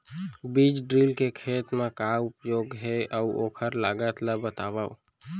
बीज ड्रिल के खेत मा का उपयोग हे, अऊ ओखर लागत ला बतावव?